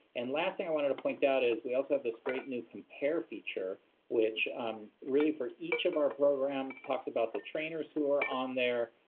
and last thing i wanted to point out is we also have this great new compare feature which really for each of our program talks about the trainers who are on there,